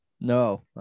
No